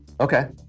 okay